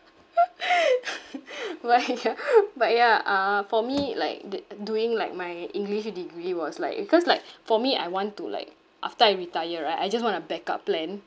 but ya but ya uh for me like d~ doing like my english degree was like cause like for me I want to like after I retire right I just want a backup plan